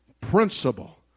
principle